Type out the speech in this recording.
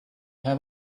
have